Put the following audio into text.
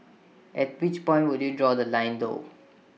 at which point would you draw The Line though